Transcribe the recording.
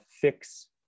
fix